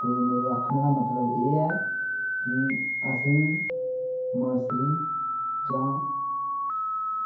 ते मेरे आखने दा मतलब एह् ऐ कि असें गी मानसरै गी जाना